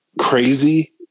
crazy